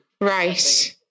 Right